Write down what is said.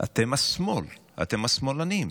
אתם השמאל, אתם השמאלנים,